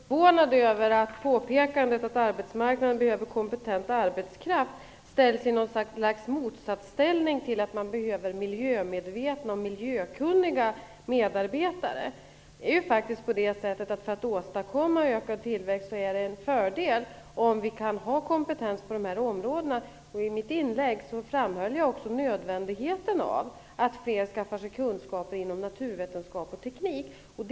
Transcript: Herr talman! Jag blev något förvånad över att påpekandet att arbetsmarknaden behöver kompetent arbetskraft ställs i något slags motsatsställning till att man behöver miljömedvetna och miljökunniga medarbetare. När vi skall åstadkomma ökad tillväxt är det en fördel om vi kan ha kompetens på de här områdena. I mitt inlägg framhöll jag också nödvändigheten av att flera skaffar sig kunskaper inom naturvetenskapens och teknikens område.